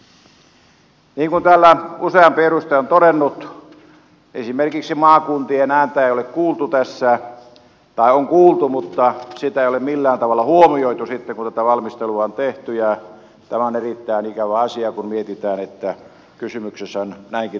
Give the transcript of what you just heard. niin kuin täällä useampi edustaja on todennut esimerkiksi maakuntien ääntä ei ole kuultu tässä tai on kuultu mutta sitä ei ole millään tavalla huomioitu sitten kun tätä valmistelua on tehty ja tämä on erittäin ikävä asia kun mietitään että kysymys on näinkin tärkeästä asiasta